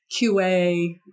QA